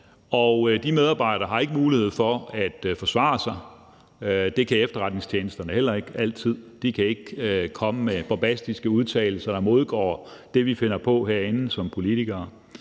op om; de har ikke mulighed for at forsvare sig, og det kan efterretningstjenesterne heller ikke altid. De kan ikke komme med bombastiske udtalelser, der modgår det, vi finder på herinde som politikere.